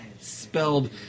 spelled